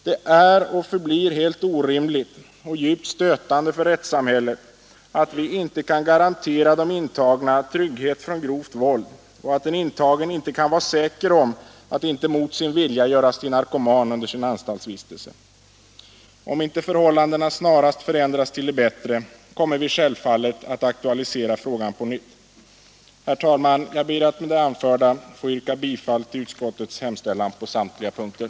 Det är och förblir heh orimligt och djupt stötande för rättssamhället att vi inte kan garantera de intagna skydd mot grovt våld samt att en intagen inte kan vara säker på att inte mot sin vilja göras vill narkoman under sin anstaltsvistelse. Om inte förhållandena snarast förändras till det bättre kommer vi självfallet att aktualisera frågan på nytt. Herr talman! Jag ber att med det anförda få yrka bifall till utskottets hemställan på samtliga punkter.